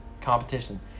competition